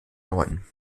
neun